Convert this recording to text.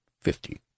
fifty